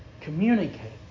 communicate